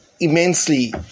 immensely